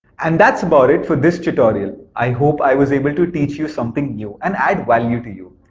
and that's about it for this tutorial. i hope i was able to teach you something new and add value to you.